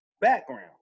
background